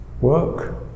work